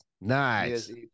nice